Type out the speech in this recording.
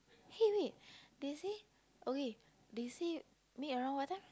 hey wait they say okay they say meet around what time